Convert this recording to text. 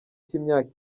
cy’imyaka